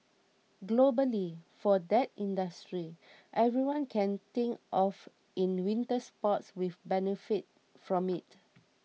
globally for that industry everyone can think of in winter sports will benefit from it